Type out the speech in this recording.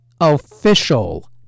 official